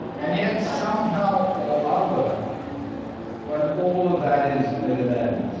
and yet somehow or other when all of that is at an end,